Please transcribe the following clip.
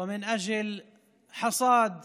וכדי לקצור את